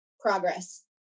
progress